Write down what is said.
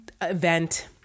event